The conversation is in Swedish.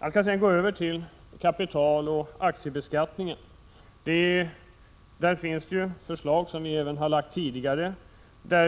Jag skall sedan gå över till kapitaloch aktiebeskattningen. På det området finns det förslag som vi har lagt fram tidigare.